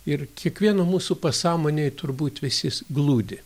ir kiekvieno mūsų pasąmonėj turbūt visis glūdi